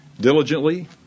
diligently